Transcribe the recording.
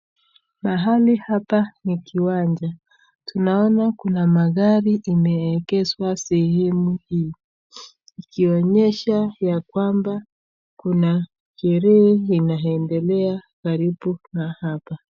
Mahali hapa ni kiwanja, tunaona kuna magari imeegezwa sehemu hii ikionyesha ya kwamba kuna sherehe inaendelea karibu na hapa.